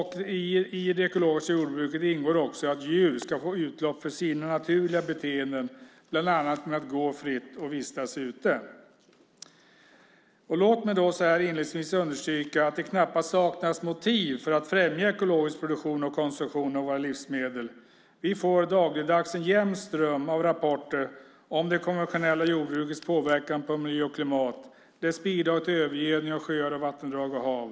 I det ekologiska jordbruket ingår också att djur ska få utlopp för sina naturliga beteenden, bland annat genom att få gå fritt och vistas ute. Låt mig inledningsvis understryka att det knappast saknas motiv för att främja ekologisk produktion och konsumtion av våra livsmedel. Vi får dagligdags en jämn ström av rapporter om det konventionella jordbrukets påverkan på miljö och klimat samt dess bidrag till övergödningen av sjöar, vattendrag och hav.